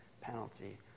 penalty